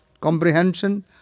comprehension